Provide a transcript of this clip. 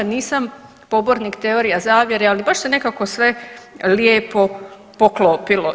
Nisam pobornik teorija zavjere, ali baš se nekako sve lijepo poklopilo.